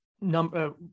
number